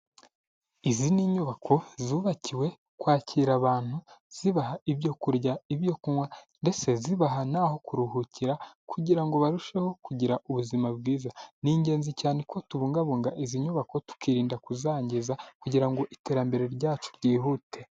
Izi ni inyubako zubakiwe kwakira abantu zibaha ibyo kurya, ibyo kunywa ndetse zibaha n'aho kuruhukira kugira ngo barusheho kugira ubuzima bwiza, ni ingenzi cyane ko tubungabunga izi nyubako tukirinda kuzangiza kugira ngo iterambere ryacu ryihute.